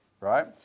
right